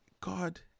god